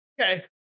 Okay